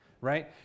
right